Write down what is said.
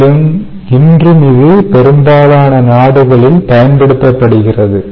மேலும் இன்றும் இது பெரும்பாலான நாடுகளில் பயன்படுத்தப்படுகிறது